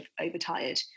overtired